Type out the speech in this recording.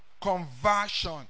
conversion